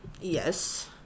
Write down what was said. Yes